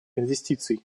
инвестиций